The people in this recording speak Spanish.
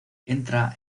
entra